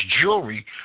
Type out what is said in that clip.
jewelry